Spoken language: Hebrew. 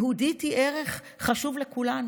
יהודית היא ערך חשוב לכולנו.